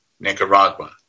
Nicaragua